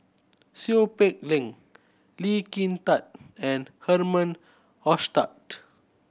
Seow Peck Leng Lee Kin Tat and Herman Hochstadt